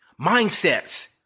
mindsets